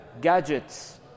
gadgets